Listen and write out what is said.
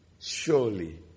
Surely